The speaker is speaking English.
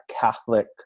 Catholic